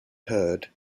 herd